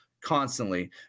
constantly